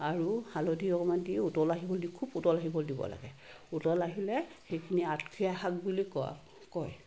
আৰু হালধি অকণমান দি উতল আহিব দি খুব উতল আহিব দিব লাগে উতল আহিলে সেইখিনি আঠখৰীয়া শাক বুলি কোৱা কয়